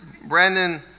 Brandon